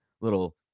little